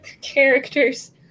characters